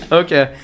okay